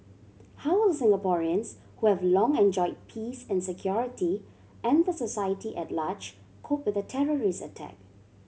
how will Singaporeans who have long enjoyed peace and security and the society at large cope with a terrorist attack